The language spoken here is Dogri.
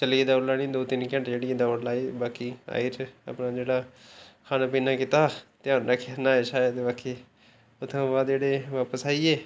चलियै दौड़ लाने गी दो तिन घैंटें जेह्ड़ी दौड़ लाई बाकी आई रेह् अपने जेह्ड़ा खाना पीना कीता ध्यान रक्खेआ न्हाया शाया ते बाकी उत्थुआं बाद जेह्डे बापस आई गे